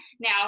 now